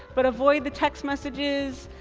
but avoid the text messages,